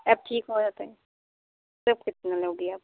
अब ठीक हो रहा तब कितना लोगी आप